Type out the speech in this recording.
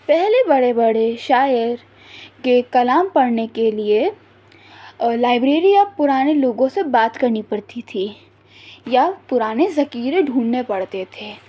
پہلے بڑے بڑے شاعر کے کلام پڑھنے کے لیے اور لائبریری یا پرانے لوگوں سے بات کرنی پڑتی تھی یا پرانے ذخیرے ڈھونڈنے پڑتے تھے